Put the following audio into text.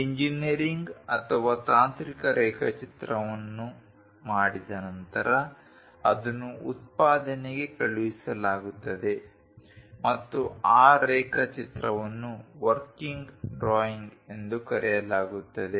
engineering ಅಥವಾ ತಾಂತ್ರಿಕ ರೇಖಾಚಿತ್ರವನ್ನು ಮಾಡಿದ ನಂತರ ಅದನ್ನು ಉತ್ಪಾದನೆಗೆ ಕಳುಹಿಸಲಾಗುತ್ತದೆ ಮತ್ತು ಆ ರೇಖಾಚಿತ್ರವನ್ನು ವರ್ಕಿಂಗ್ ಡ್ರಾಯಿಂಗ್ ಎಂದು ಕರೆಯಲಾಗುತ್ತದೆ